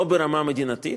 לא ברמה מדינתית,